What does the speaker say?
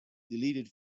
deleted